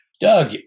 Doug